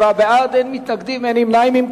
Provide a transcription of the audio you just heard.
27 בעד, אין מתנגדים, אין נמנעים.